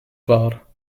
wahr